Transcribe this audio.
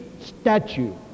statue